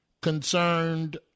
concerned